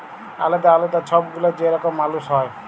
আলেদা আলেদা ছব গুলা যে রকম মালুস হ্যয়